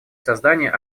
создания